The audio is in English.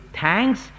thanks